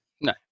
No